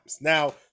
Now